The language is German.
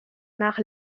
nach